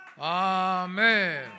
Amen